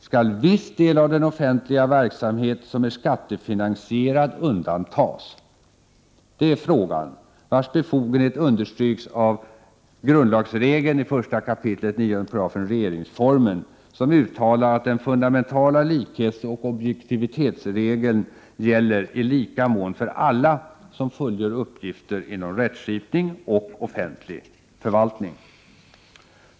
Skall viss del av den offentliga verksamhet som är skattefinansierad undantas — det är frågan vars befogenhet understryks av grundlagsregeln i I kap. 9 § regeringsformen, som uttalar att den fundamentala likhetsoch objektivitetsregeln gäller i lika mån för alla som fullgör uppgifter inom rättskipning och offentlig förvaltning.